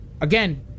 Again